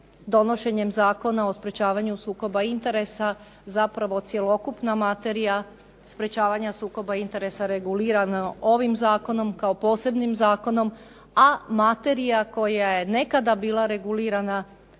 donošenjem Zakona o sprečavanju sukoba interesa zapravo cjelokupna materija sprečavanja sukoba interesa regulirana ovim zakonom kao posebnim zakonom. A materija koja je nekada bila regulirana